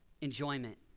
enjoyment